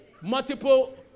multiple